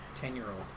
ten-year-old